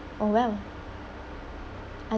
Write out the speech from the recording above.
oh well I